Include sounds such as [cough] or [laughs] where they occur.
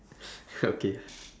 [laughs] okay